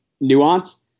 nuance